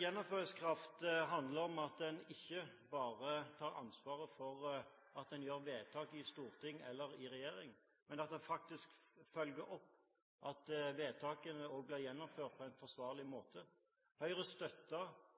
Gjennomføringskraft handler om at man ikke bare tar ansvaret for at man gjør vedtak i Stortinget eller i regjering, men at man faktisk også følger opp at vedtakene blir gjennomført på en forsvarlig